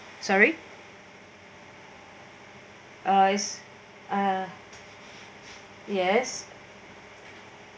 sorry uh is uh yes